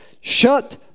Shut